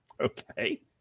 Okay